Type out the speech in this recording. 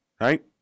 right